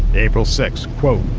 april six, quote,